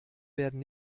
werden